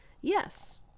Yes